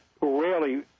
Rarely